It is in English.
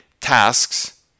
tasks